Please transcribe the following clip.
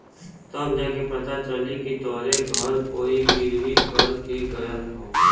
तब जा के पता चली कि तोहरे घर कोई गिर्वी कर के गयल हौ